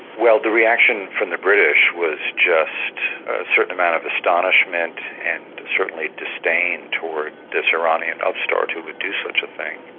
well the reaction from the british was just a certain amount of astonishment and certainly disdain towards this iranian upstart who would do such a thing.